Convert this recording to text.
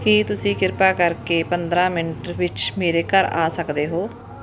ਕੀ ਤੁਸੀਂ ਕਿਰਪਾ ਕਰਕੇ ਪੰਦਰਾਂ ਮਿੰਟ ਵਿੱਚ ਮੇਰੇ ਘਰ ਆ ਸਕਦੇ ਹੋ